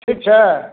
ठीक छै